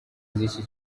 z’iki